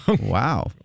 Wow